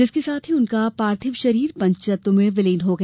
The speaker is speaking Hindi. जिसके साथ ही उनका पार्थिव शरीर पंचतत्व में विलीन हो गया